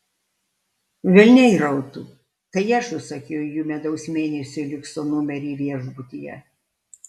velniai rautų tai aš užsakiau jų medaus mėnesiui liukso numerį viešbutyje